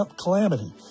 calamity